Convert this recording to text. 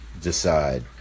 decide